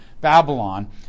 Babylon